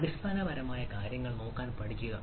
അടിസ്ഥാനപരമായി മറ്റ് കാര്യങ്ങൾ നോക്കാൻ പഠിക്കുക